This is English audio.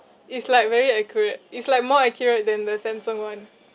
it's like very accurate it's like more accurate than the samsung [one]